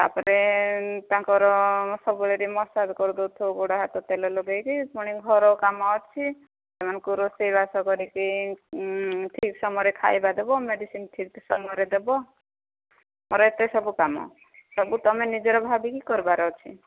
ତା'ପରେ ତାଙ୍କର ସବୁବେଳେ ଟିକେ ମସାଜ କରିଦେଉଥିବ ଗୋଡ଼ ହାତ ତେଲ ଲଗାଇକି ପୁଣି ଘର କାମ ଅଛି ସେମାନଙ୍କୁ ରୋଷେଇବାସ କରିକି ଠିକ୍ ସମୟରେ ଖାଇବା ଦେବ ମେଡ଼ିସିନ୍ ଠିକ୍ ସମୟରେ ଦେବ ମୋର ଏତେ ସବୁ କାମ ଅଛି ସବୁ ତମର ନିଜର ଭାବିକି କରିବାର ଅଛି